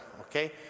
okay